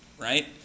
right